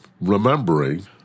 remembering